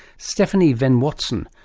stephanie venn-watson,